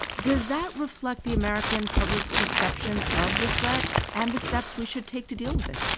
does that reflect the american public's perception of the threat and the steps we should take to deal with it?